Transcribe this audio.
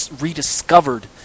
rediscovered